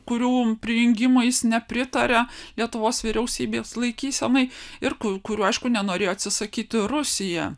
kurių prijungimui jis nepritaria lietuvos vyriausybės laikysenai ir kurių aišku nenorėjo atsisakyti rusija